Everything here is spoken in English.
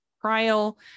trial